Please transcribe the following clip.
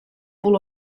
fall